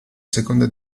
seconda